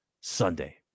Sunday